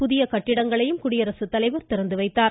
புதிய கட்டடங்களையும் குடியரசுத்தலைவர் திறந்து வைத்தார்